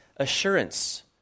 Assurance